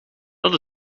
dit